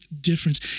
difference